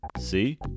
See